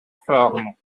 forme